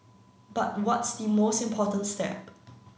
but what's the most important step